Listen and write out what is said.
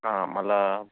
మళ్ళీ